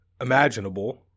imaginable